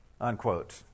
unquote